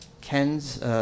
Ken's